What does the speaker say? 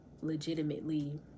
legitimately